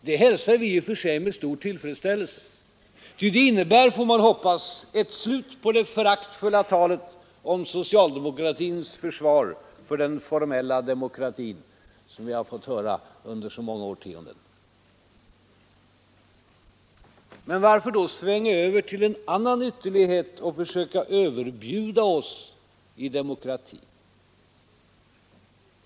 Det hälsar vi i och för sig med stor tillfredsställelse. Ty det innebär, får man hoppas, ett slut på det föraktfulla talet om socialdemokratins försvar för den formella demokratin, ett tal som vi har fått höra under så många årtionden. Men varför då svänga över till en annan ytterlighet och försöka överbjuda oss i demokrati?